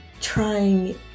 trying